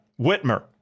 Whitmer